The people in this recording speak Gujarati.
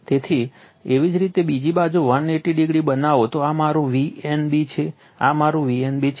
તો જો એવી જ રીતે બીજી બાજુ 1800 બનાવો તો આ મારું Vnb છે આ મારું Vnb છે